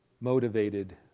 motivated